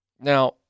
Now